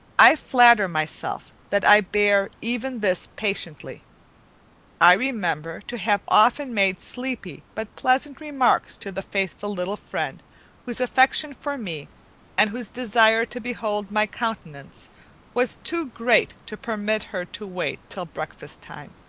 i flatter myself that i bear even this patiently i remember to have often made sleepy but pleasant remarks to the faithful little friend whose affection for me and whose desire to behold my countenance was too great to permit her to wait till breakfast time.